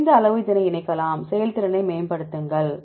நாம் முடிந்த அளவு இதனை இணைக்கலாம் செயல்திறனை மேம்படுத்தும்